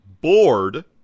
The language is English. bored